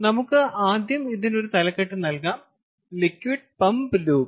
നമുക്ക് ആദ്യം ഇതിന് ഒരു തലക്കെട്ട് നൽകാം ലിക്വിഡ് പമ്പ്ഡ് ലൂപ്പ്